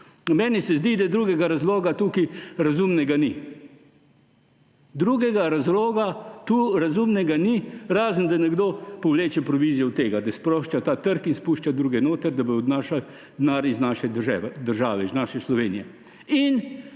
Meni se zdi, da drugega razloga tukaj, razumnega, ni. Drugega razloga tu, razumnega, ni, razen da nekdo povleče provizijo od tega, da sprošča ta trg in spušča druge notri, da bodo odnašali denar iz naše države, iz naše Slovenije.